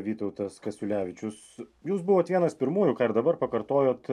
vytautas kasiulevičius jūs buvot vienas pirmųjų ką ir dabar pakartojot